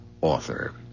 author